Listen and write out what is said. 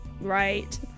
Right